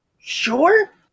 Sure